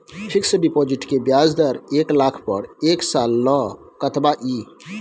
Fixed deposit के ब्याज दर एक लाख पर एक साल ल कतबा इ?